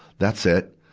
that's it.